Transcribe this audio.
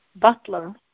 butler